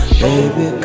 baby